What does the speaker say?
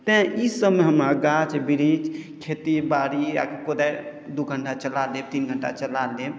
तैँ इसभमे हमरा गाछ वृक्ष खेतीबाड़ी आ कोदारि दू घण्टा चला लेब तीन घण्टा चला लेब